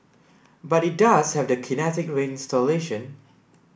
but it does have the Kinetic Rain installation